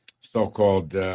so-called